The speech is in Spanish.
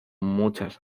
muchas